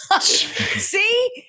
See